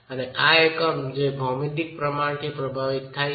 અને આ એકમ જે ભૌમિતિક પ્રમાણથી પ્રભાવિત થાય છે